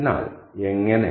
അതിനാൽ എങ്ങനെ